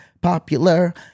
popular